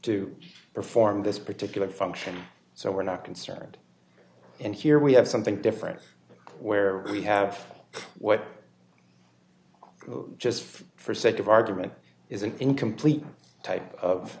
to perform this particular function so we're not concerned and here we have something different where we have what just for sake of argument is an incomplete type